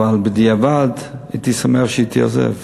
אבל בדיעבד הייתי שמח שהיית עוזב,